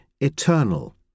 Eternal